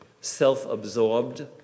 self-absorbed